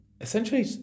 essentially